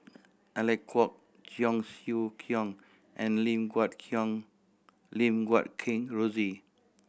Alec Kuok Cheong Siew Keong and Lim Guat Qiang Lim Guat Kheng Rosie